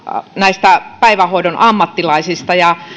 näistä päivähoidon ammattilaisista